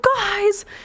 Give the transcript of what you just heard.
guys